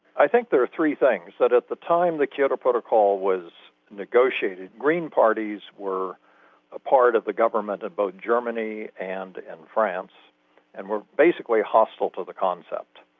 i think there were three things, that at the time the kyoto protocol was negotiated, green parties were a part of the government of both germany and and france and were basically hostile to the concept.